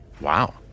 Wow